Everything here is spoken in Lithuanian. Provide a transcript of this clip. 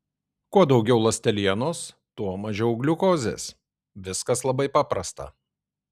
kuo daugiau ląstelienos tuo mažiau gliukozės viskas labai paprasta